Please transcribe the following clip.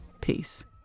peace